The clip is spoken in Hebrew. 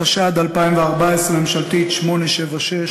התשע"ד 2014, מ/876.